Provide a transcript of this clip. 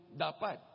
dapat